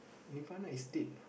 Nirvana is dead